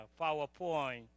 PowerPoint